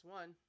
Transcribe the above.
one